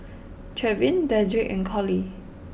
Trevin Dedrick and Colie